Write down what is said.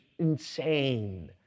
Insane